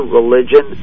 religion